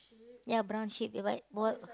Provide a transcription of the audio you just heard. ya brown ship ya but what